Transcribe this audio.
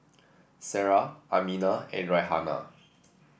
Sarah Aminah and Raihana